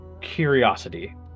curiosity